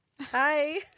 hi